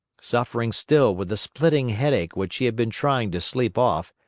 suffering still with the splitting headache which he had been trying to sleep off,